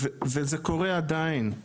וזה קורה עדיין.